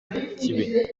ikibi